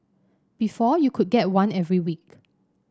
before you could get one every week